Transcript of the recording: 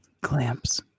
clamps